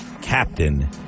captain